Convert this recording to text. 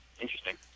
Interesting